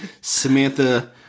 Samantha